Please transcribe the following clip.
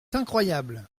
incroyable